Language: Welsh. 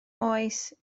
oes